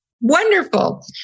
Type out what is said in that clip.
wonderful